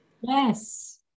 yes